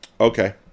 Okay